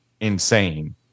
insane